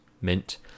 mint